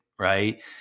Right